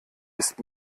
ist